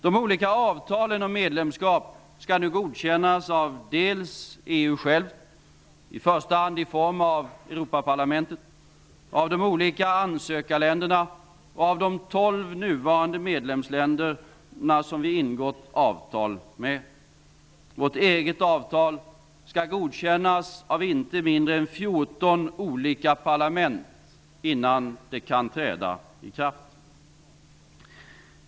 De olika avtalen om medlemsskap skall nu godkännas av EU, i första hand i form av Europaparlamentet, av de olika ansökarländerna och av de tolv nuvarande medlemsländer som vi har ingått avtal med. Vårt eget avtal skall godkännas av inte mindre än fjorton olika parlament innan det kan träda i kraft.